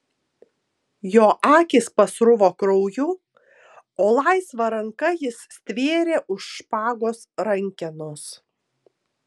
jo akys pasruvo krauju o laisva ranka jis stvėrė už špagos rankenos